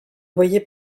voyait